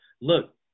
Look